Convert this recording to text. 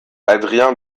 adrien